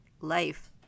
life